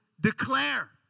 declare